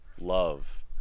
love